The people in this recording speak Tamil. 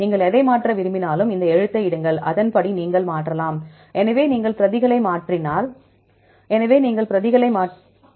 நீங்கள் எதை மாற்ற விரும்பினாலும் இந்த எழுத்தை இடுங்கள் அதன்படி நீங்கள் மாற்றலாம்